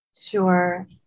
Sure